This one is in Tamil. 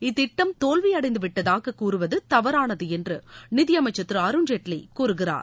இத்திட்டம் தோல்வியடைந்துவிட்டதாக கூறுவது தவறனாது என்று நிதியமைச்சர் திரு அருண்ஜேட்லி கூறுகிறார்